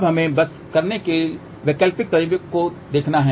अब हमें बस करने के वैकल्पिक तरीके को देखना है